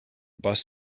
bus